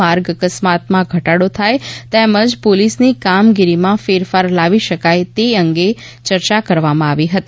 માર્ગ અકસ્માતમાં ઘટાડો થાય તેમજ પોલીસની કામગીરીમાં ફેરફાર લાવી શકાય તે અંગો ચર્ચા કરવામાં આવી હતી